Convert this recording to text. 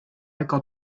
ega